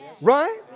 right